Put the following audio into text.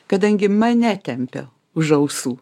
kadangi mane tempė už ausų